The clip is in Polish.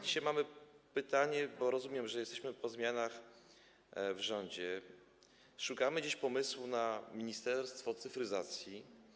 Dzisiaj mamy pytanie, bo rozumiem, że jesteśmy po zmianach w rządzie, szukamy dziś pomysłu na Ministerstwo Cyfryzacji.